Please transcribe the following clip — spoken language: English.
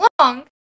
long